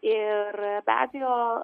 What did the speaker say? ir be abejo